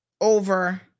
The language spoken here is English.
over